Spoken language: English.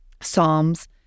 Psalms